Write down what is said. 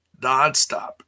Nonstop